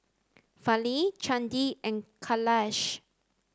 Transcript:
Gali Chandi and kailash